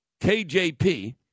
KJP